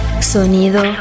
Sonido